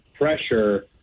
pressure